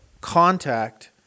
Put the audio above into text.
contact